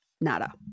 nada